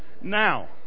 Now